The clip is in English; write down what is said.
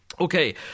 Okay